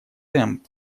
темп